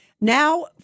Now